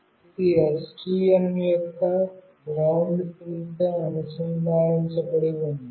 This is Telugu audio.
ఇది GND ఇది STM యొక్క గ్రౌండ్ పిన్తో అనుసంధానించబడి ఉంది